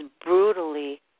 brutally